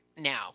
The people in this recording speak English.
Now